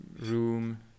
room